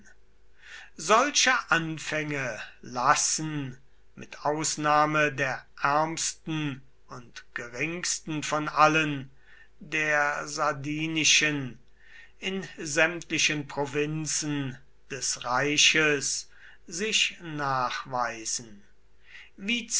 solche anfänge lassen mit ausnahme der ärmsten und geringsten von allen der sardinischen in sämtlichen provinzen des reiches sich nachweisen wie